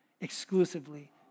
exclusively